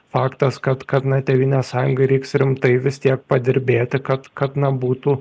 faktas kad kad tėvynės sąjungai reiks rimtai vis tiek padirbėti kad kad na būtų